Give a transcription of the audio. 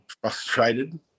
frustrated